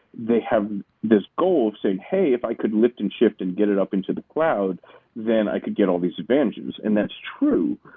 they have this goal of saying, hey if i could lift and shift and get it up into the cloud then i could get all these advantages, and that's true,